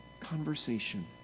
conversation